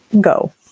go